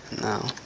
No